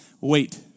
Wait